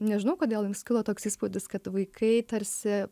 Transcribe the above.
nežinau kodėl jums kilo toks įspūdis kad vaikai tarsi